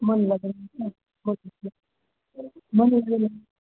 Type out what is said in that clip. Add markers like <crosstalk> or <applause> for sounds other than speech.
<unintelligible>